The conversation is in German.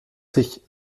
sich